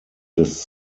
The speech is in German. des